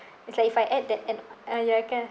it's like if I add that add